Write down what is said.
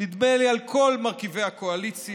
נדמה לי על כל מרכיבי הקואליציה,